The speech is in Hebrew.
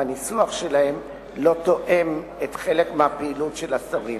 והניסוח שלהם לא תואם חלק מהפעילות של השרים.